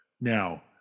now